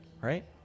right